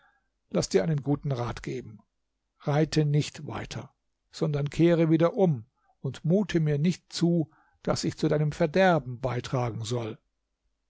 laß dir einen guten rat geben reite nicht weiter sondern kehre wieder um und mute mir nicht zu daß ich zu deinem verderben beitragen soll